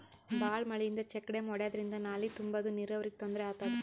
ಭಾಳ್ ಮಳಿಯಿಂದ check dam ಒಡ್ಯಾದ್ರಿಂದ ನಾಲಿ ತುಂಬಾದು ನೀರಾವರಿಗ್ ತೊಂದ್ರೆ ಆತದ